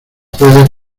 puedes